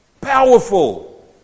Powerful